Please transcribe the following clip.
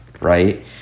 right